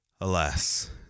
Alas